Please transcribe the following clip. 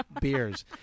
beers